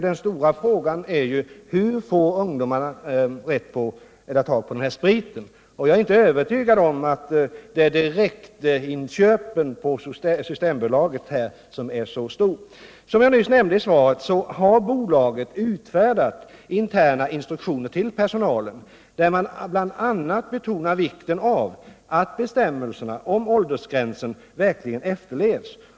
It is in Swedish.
Den stora frågan är ju: Hur får ungdomarna tag på den här spriten? Jag är inte övertygad om att det är direktinköpen på systembolagen som ligger bakom förhållandet att ungdomarnas alkoholkonsumtion är så stor. Som jag nämnde i svaret har systembolaget utfärdat interna instruktioner till personalen, vari man bl.a. betonar vikten av att bestämmelsen om åldersgränsen verkligen efterlevs.